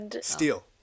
Steel